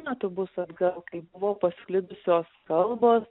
metų bus atgal kai buvo pasklidusios kalbos